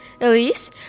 Elise